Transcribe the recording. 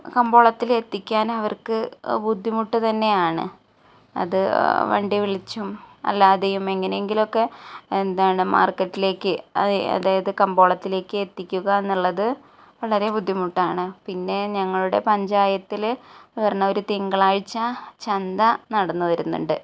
കമ്പോളത്തിൽ എത്തിക്കാൻ അവർക്ക് ബുദ്ധിമുട്ട് തന്നെയാണ് അത് വണ്ടി വിളിച്ചും അല്ലാതെയും എങ്ങനെയെങ്കിലും ഒക്കെ എന്താണ് മാർക്കറ്റിലേക്ക് അതായത് കമ്പോളത്തിലേക്ക് എത്തിക്കുക എന്നുള്ളത് വളരെ ബുദ്ധിമുട്ടാണ് പിന്നെ ഞങ്ങളുടെ പഞ്ചായത്തില് പറഞ്ഞ ഒരു തിങ്കളാഴ്ച ചന്ത നടന്നു വരുന്നുണ്ട്